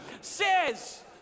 says